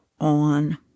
on